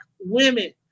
women